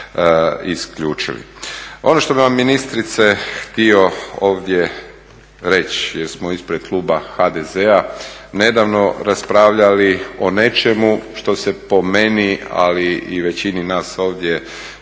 Ono što bih vam ministrice htio ovdje reći jer smo ispred kluba HDZ-a nedavno raspravljali o nečemu što se po meni, ali i većini nas ovdje,